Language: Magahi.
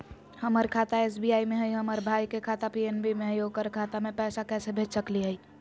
हमर खाता एस.बी.आई में हई, हमर भाई के खाता पी.एन.बी में हई, ओकर खाता में पैसा कैसे भेज सकली हई?